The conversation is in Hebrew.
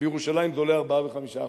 בירושלים זה עולה ב-4% וב-5%.